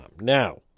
Now